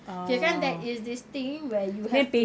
kirakan there is this thing where you have to